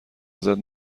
ازت